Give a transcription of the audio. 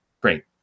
great